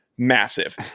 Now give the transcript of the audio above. Massive